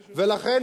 לכן,